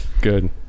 Good